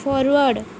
forward